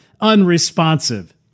unresponsive